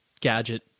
gadget